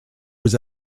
was